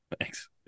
Thanks